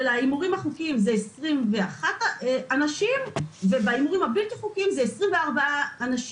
של ההימורים החוקיים זה 21 אנשים ובהימורים הבלתי חוקיים זה 24 אנשים.